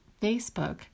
Facebook